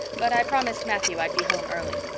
but i promised matthew i'd be home early.